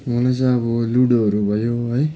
हुन चाहिँ अब लुडोहरू भयो है